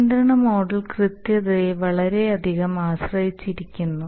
നിയന്ത്രണ മോഡൽ കൃത്യതയെ വളരെയധികം ആശ്രയിച്ചിരിക്കുന്നു